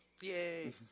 yay